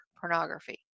pornography